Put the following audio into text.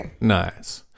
nice